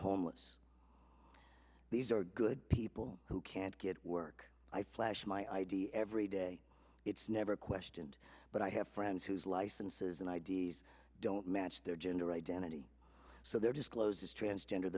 homeless these are good people who can't get work i flash my id every day it's never questioned but i have friends whose licenses and i d s don't match their gender identity so they're disclosed as transgender